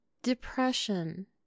Depression